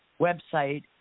website